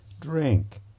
drink